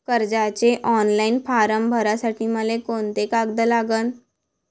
कर्जाचे online form भरासाठी मले कोंते कागद लागन?